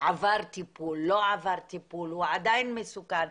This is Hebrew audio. עבר טיפול, לא עבר טיפול, אם הוא עדיין מסוכן.